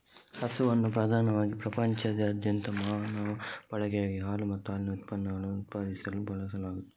ಹಸುವನ್ನು ಪ್ರಧಾನವಾಗಿ ಪ್ರಪಂಚದಾದ್ಯಂತ ಮಾನವ ಬಳಕೆಗಾಗಿ ಹಾಲು ಮತ್ತು ಹಾಲಿನ ಉತ್ಪನ್ನಗಳನ್ನು ಉತ್ಪಾದಿಸಲು ಬಳಸಲಾಗುತ್ತದೆ